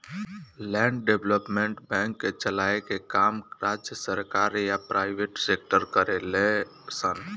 land development bank के चलाए के काम राज्य सरकार या प्राइवेट सेक्टर करेले सन